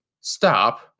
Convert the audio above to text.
stop